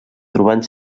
trobant